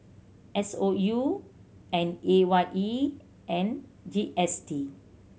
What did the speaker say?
S O U and A Y E and G S T